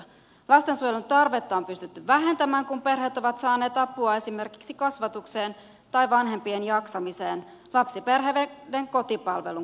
lastensuojelun tarvetta on pystytty vähentämään kun perheet ovat saaneet apua esimerkiksi kasvatukseen tai vanhempien jaksamiseen lapsiperheiden kotipalvelun kautta